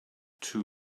two